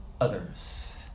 others